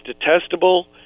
detestable